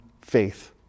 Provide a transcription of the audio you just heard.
faith